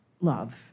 love